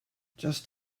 just